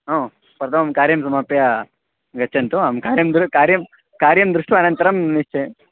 प्रथमं कार्यं समाप्य गच्छन्तु अहं कार्यं दृ कार्यं कार्यं दृष्ट्वा अनन्तरं निश्चयम्